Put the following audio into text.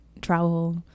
travel